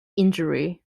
injury